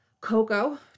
Cocoa